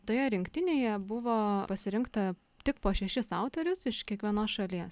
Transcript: toje rinktinėje buvo pasirinkta tik po šešis autorius iš kiekvienos